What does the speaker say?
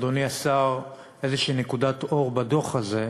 אדוני השר, איזו נקודת אור בדוח הזה,